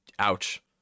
Ouch